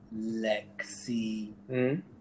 Lexi